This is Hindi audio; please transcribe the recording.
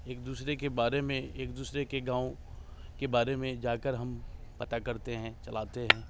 एक दूसरे के बारे में एक दूसरे के गाँव के बारे में जाकर हम पता करते हैं चलाते हैं